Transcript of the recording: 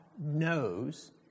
knows